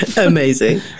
amazing